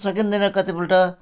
सकिँदैन कति पल्ट